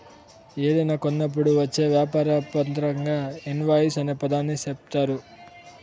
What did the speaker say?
ఏదైనా కొన్నప్పుడు వచ్చే వ్యాపార పత్రంగా ఇన్ వాయిస్ అనే దాన్ని చెప్తారు